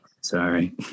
sorry